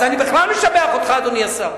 אז אני בכלל משבח אותך, אדוני השר,